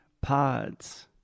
pods